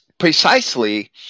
precisely